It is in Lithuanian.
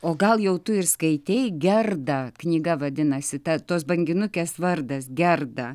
o gal jau tu ir skaitei gerda knyga vadinasi te tos banginukės vardas gerda